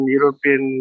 European